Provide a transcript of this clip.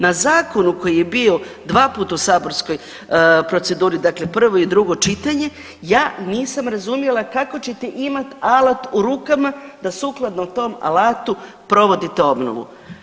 Na zakonu koji je bio dvaput u saborskoj proceduri, dakle prvo i drugo čitanje, ja nisam razumjela kako ćete imat alat u rukama da sukladno tom alatu provodite obnovu.